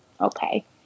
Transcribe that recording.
okay